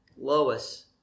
Lois